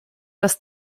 dass